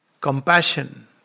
compassion